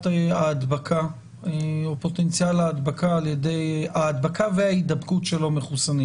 ההדבקה או פוטנציאל ההדבקה וההידבקות של לא מחוסנים?